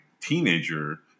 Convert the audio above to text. teenager